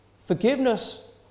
Forgiveness